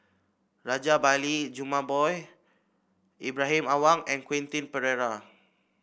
Rajabali Jumabhoy Ibrahim Awang and Quentin Pereira